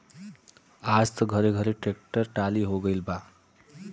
आज त घरे घरे ट्रेक्टर टाली होई गईल हउवे